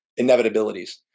inevitabilities